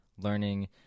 learning